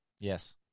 Yes